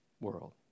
world